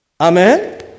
Amen